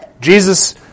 Jesus